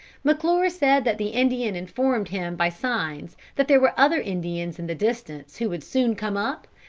mcclure said that the indian informed him by signs that there were other indians in the distance who would soon come up,